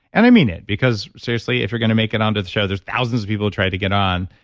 and i mean it because seriously, if you're going to make it on to the show, there's thousands of people who try to get on,